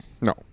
No